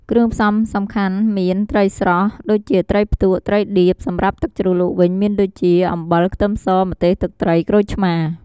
គ្រឿងផ្សំសំខាន់មាន ត្រីស្រស់ ដូចជាត្រីផ្ទក់ ត្រីដៀប សម្រាប់ទឹកជ្រលក់វិញមានដូចជា អំបិល ខ្ទឹមស ម្ទេស ទឹកត្រី ក្រូចឆ្មារ។